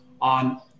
on